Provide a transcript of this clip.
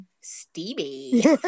Stevie